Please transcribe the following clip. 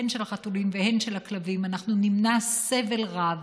הן של החתולים והן של הכלבים, אנחנו נמנע סבל רב